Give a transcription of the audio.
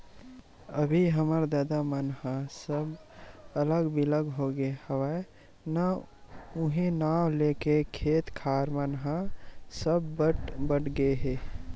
अभी हमर ददा मन ह सब अलग बिलग होगे हवय ना उहीं नांव लेके खेत खार मन ह सब बट बट गे हे